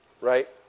right